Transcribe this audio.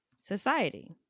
Society